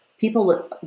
people